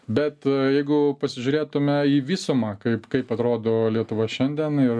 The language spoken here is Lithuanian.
bet jeigu pasižiūrėtume į visumą kaip kaip atrodo lietuva šiandien ir